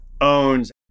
owns